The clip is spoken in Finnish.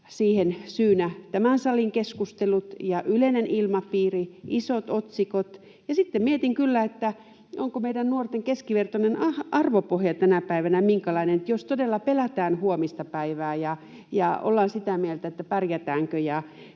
siihen syynä tämän salin keskustelut ja yleinen ilmapiiri, isot otsikot? Ja sitten mietin kyllä, onko meidän nuorten keskivertainen arvopohja tänä päivänä minkälainen. Jos todella pelätään huomista päivää ja ollaan sitä mieltä, että pärjätäänkö